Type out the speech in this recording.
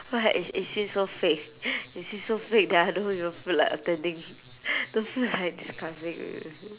I feel it's it's seems so fake it's seems so fake that I don't even feel like attending don't feel like discussing wait wait wait